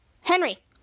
Henry